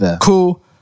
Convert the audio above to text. Cool